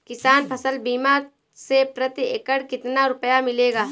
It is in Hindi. किसान फसल बीमा से प्रति एकड़ कितना रुपया मिलेगा?